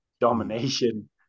Domination